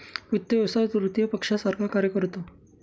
वित्त व्यवसाय तृतीय पक्षासारखा कार्य करतो